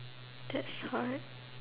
that's hard